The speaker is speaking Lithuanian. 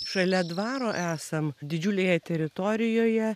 šalia dvaro esam didžiulėje teritorijoje